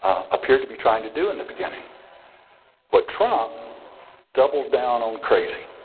appeared to be trying to do in the beginning but trump doubled down on crazy.